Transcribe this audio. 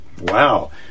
Wow